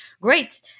Great